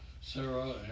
Sarah